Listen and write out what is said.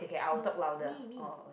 no me me